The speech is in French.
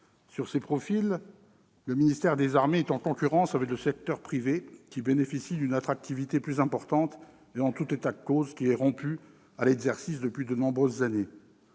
Sur ces profils, le ministère des armées est en concurrence avec le secteur privé, qui bénéficie d'une attractivité plus importante et qui est, en tout état de cause, rompu à l'exercice depuis de nombreuses années.